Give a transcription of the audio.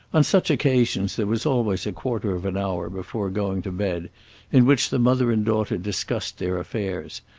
on such occasions there was always a quarter of an hour before going to bed in which the mother and daughter discussed their affairs,